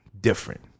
different